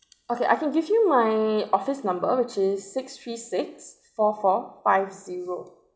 okay I can give you my office number which is six three six four four five zero